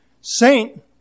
saint